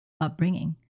upbringing